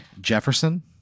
Jefferson